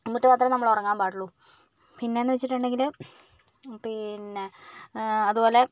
എന്നിട്ട് മാത്രമേ നമ്മള് ഉറങ്ങാന് പാടുള്ളൂ പിന്നേന്ന് വച്ചിട്ടുണ്ടെങ്കില് പിന്നേ അതുപോലെ